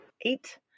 eight